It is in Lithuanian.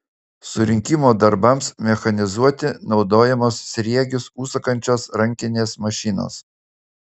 surinkimo darbams mechanizuoti naudojamos sriegius užsukančios rankinės mašinos